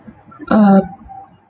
uh